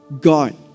God